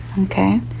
Okay